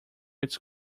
its